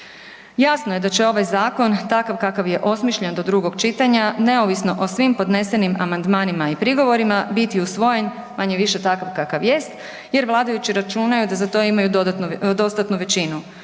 Jasno je da će ovaj zakon takav kakav je osmišljen do drugog čitanja, ne ovisno o svim podnesenim amandmanima i prigovorima biti usvojen manje-više takav kakav jest jer vladajući računaju da za to imaju dostatnu većinu